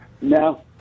no